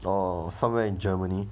or somewhere in germany